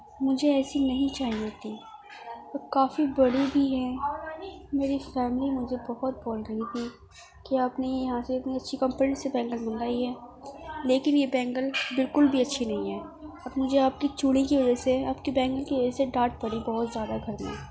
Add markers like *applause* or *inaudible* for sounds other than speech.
مجھے ایسی نہیں چاہیے تھی اور کافی بڑی بھی ہے میری فیملی مجھے بہت بول رہی تھی کہ آپ نے یہ یہاں سے اتنی اچھی *unintelligible* سے بینگل منگائی ہے لیکن یہ بینگل بالکل بھی اچھی نہیں ہے اپنی جو آپ کی چوڑی کی وجہ سے آپ کی بینگل کی وجہ سے ڈانٹ پڑی بہت زیادہ گھر میں